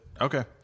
okay